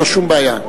אין לו שום בעיה.